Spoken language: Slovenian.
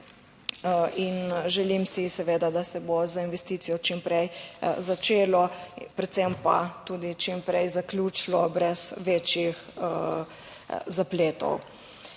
In želim si seveda, da se bo z investicijo čim prej začelo, predvsem pa tudi čim prej zaključilo brez večjih zapletov.